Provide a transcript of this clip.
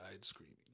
screaming